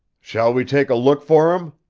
shall we take a look for em?